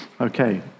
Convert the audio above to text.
Okay